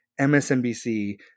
MSNBC